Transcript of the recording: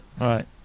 right